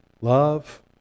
love